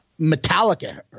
Metallica